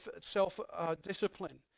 self-discipline